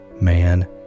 Man